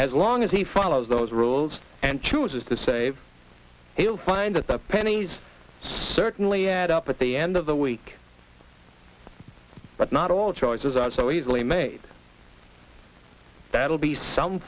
as long as he follows those rules and chooses to save he will find that the pennies certainly add up at the end of the week but not all choices are so easily made that will be some